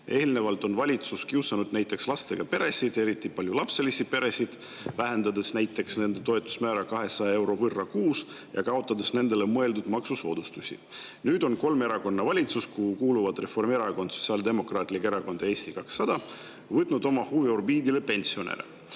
Eelnevalt on valitsus kiusanud näiteks lastega peresid, eriti paljulapselisi peresid, vähendades näiteks nende toetusmäära 200 euro võrra kuus ja kaotades nendele mõeldud maksusoodustusi. Nüüd on kolme erakonna valitsus, kuhu kuuluvad Reformierakond, Sotsiaaldemokraatlik Erakond, Eesti 200, võtnud oma huviorbiidile pensionärid.